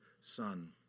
Son